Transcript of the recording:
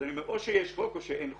אז אני אומר, או שיש חוק או שאין חוק.